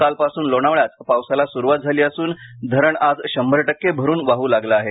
कालपासून लोणावळ्यात पावसाला स्रुवात झाली असून धरण आज शंभर टक्के भरून वाह लागले आहे